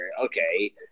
okay